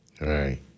Right